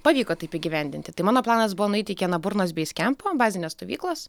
pavyko taip įgyvendinti tai mano planas buvo nueiti iki anaburnos bei skempo bazinės stovyklos